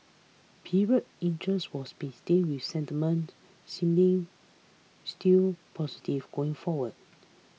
period interest was maintained with sentiment seemingly still positive going forward